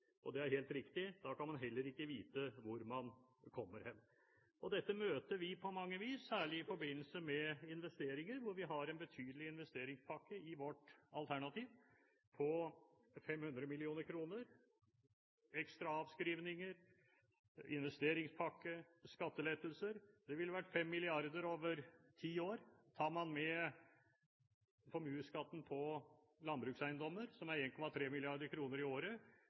landbrukspolitikk. Det er helt riktig. Da kan man heller ikke vite hvor man kommer hen. Dette møter vi på mange vis, særlig i forbindelse med investeringer. Vi har en betydelig investeringspakke i vårt alternativ på 500 mill. kr, ekstra avskrivninger, investeringspakke, skattelettelser. Det ville vært 5 mrd. kr over ti år. Tar man med formuesskatten på landbrukseiendommer, som er 1,3 mrd. kr i året,